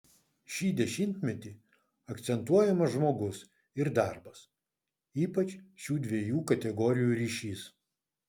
šį dešimtmetį akcentuojamas žmogus ir darbas ypač šių dviejų kategorijų ryšys